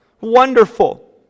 Wonderful